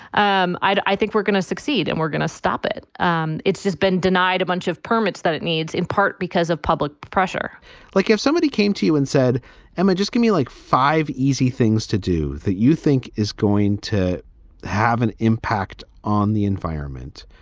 um i think we're going to succeed and we're gonna stop it. and it's just been denied a bunch of permits that it needs, in part because of public pressure like if somebody came to you and said and would just give me like five easy things to do that you think is going to have an impact on the environment.